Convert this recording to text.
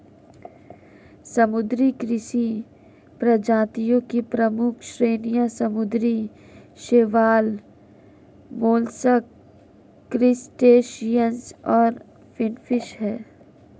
समुद्री कृषि प्रजातियों की प्रमुख श्रेणियां समुद्री शैवाल, मोलस्क, क्रस्टेशियंस और फिनफिश हैं